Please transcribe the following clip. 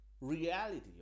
reality